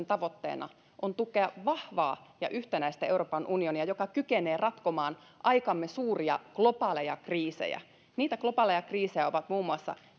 tavoitteena on tukea vahvaa ja yhtenäistä euroopan unionia joka kykenee ratkomaan aikamme suuria globaaleja kriisejä niitä globaaleja kriisejä ovat muun muassa